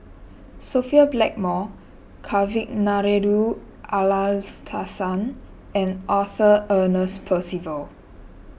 Sophia Blackmore Kavignareru Amallathasan and Arthur Ernest Percival